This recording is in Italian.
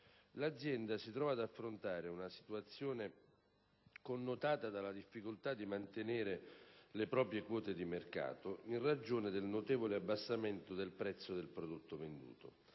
L'azienda si trova ad affrontare una situazione connotata dalla difficoltà di mantenere le proprie quote di mercato in ragione del notevole abbassamento del prezzo del prodotto venduto.